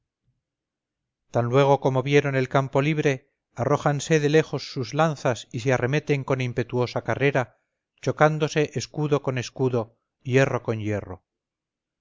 luego como vieron el campo libre arrójanse de lejos sus lanzas y se arremeten con impetuosa carrera chocándose escudo con escudo hierro contra hierro